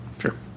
Sure